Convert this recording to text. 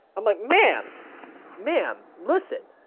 i'm like ma'am ma'am listen.